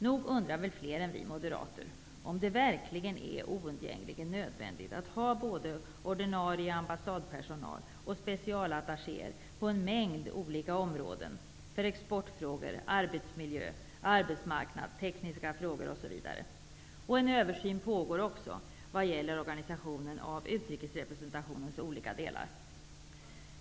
Nog undrar väl fler än vi Moderater om det verkligen är oundgängligen nödvändigt att ha både ordinarie ambassadpersonal och specialattachéer på en mängd områden -- för exportfrågor, arbetsmiljöfrågor, arbetsmarknadsfrågor, tekniska frågor, osv. En översyn pågår också vad gäller organisationen av utrikesrepresentationens olika delar.